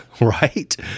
Right